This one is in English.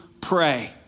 pray